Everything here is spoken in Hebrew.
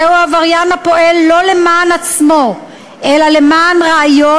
זהו העבריין הפועל לא למען עצמו אלא למען רעיון,